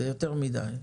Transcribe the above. זה יותר מדי.